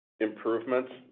improvements